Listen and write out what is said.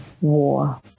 war